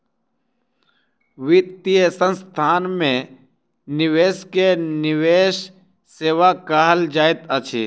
वित्तीय संस्थान में निवेश के निवेश सेवा कहल जाइत अछि